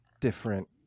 different